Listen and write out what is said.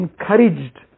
encouraged